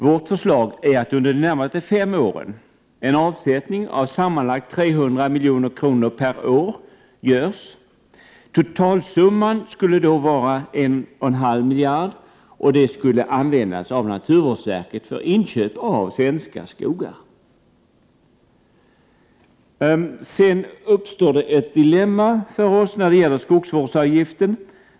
Vårt förslag är, att en avsättning om sammanlagt 300 milj.kr. per år görs under de närmaste fem åren. Totalsumman skulle då vara 1,5 miljarder, som skulle användas av naturvårdsverket för inköp av svenska skogar. Sedan uppstår ett dilemma för oss när det gäller skogsvårdsavgiften.